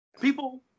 People